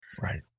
right